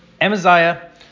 Amaziah